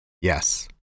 Yes